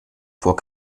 vor